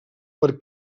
per